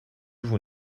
vous